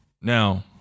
Now